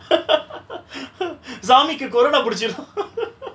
சாமிக்கு:saamiku corona புடிச்சிரு:pudichiru